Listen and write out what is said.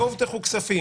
לא הובטחו כספים?